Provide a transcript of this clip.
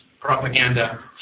propaganda